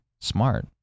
smart